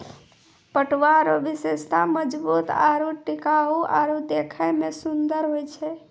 पटुआ रो विशेषता मजबूत आरू टिकाउ आरु देखै मे सुन्दर होय छै